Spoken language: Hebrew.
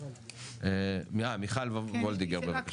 מיכל וולדיגר בבקשה.